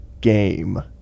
game